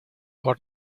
por